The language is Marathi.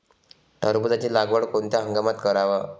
टरबूजाची लागवड कोनत्या हंगामात कराव?